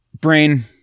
Brain